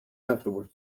afterwards